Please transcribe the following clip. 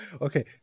Okay